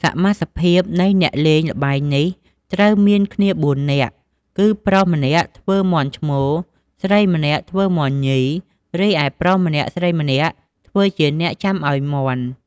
សមាសភាពនៃអ្នកលេងល្បែងនេះត្រូវមានគ្នាបួននាក់ គឺប្រុសម្នាក់ធ្វើមាន់ឈ្មោល ស្រីម្នាក់ធ្វើមាន់ញី រីឯប្រុសម្នាក់ស្រីម្នាក់ធ្វើជាអ្នកចាំឲ្យមាន់ ។